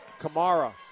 Kamara